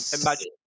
imagine